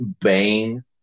bane